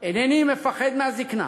"אינני מפחד מהזיקנה,